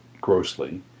grossly